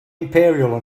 imperial